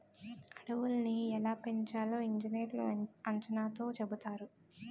అడవులని ఎలా పెంచాలో ఇంజనీర్లు అంచనాతో చెబుతారు